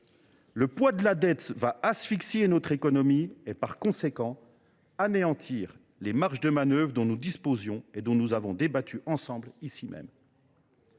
Le poids de la dette va asphyxier notre économie et, par conséquent, anéantir les marges de manœuvre dont nous disposions et dont nous avons débattu ensemble ici même.